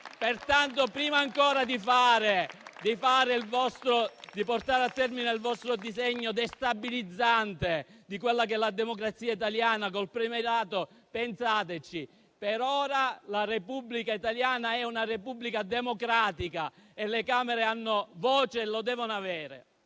scordate. Prima ancora di portare a termine il vostro disegno destabilizzante della democrazia italiana con il premierato, pensateci. Per ora quella italiana è una Repubblica democratica e le Camere hanno voce e la devono avere.